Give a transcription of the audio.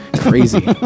Crazy